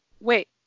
Wait